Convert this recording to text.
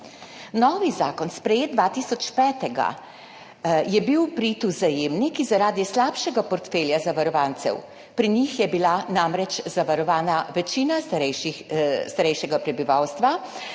Novi zakon, sprejet 2005., je bil v prid Vzajemni, ki zaradi slabšega portfelja zavarovancev, pri njih je bila namreč zavarovana večina starejšega prebivalstva,